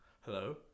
Hello